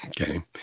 Okay